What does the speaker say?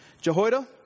Jehoiada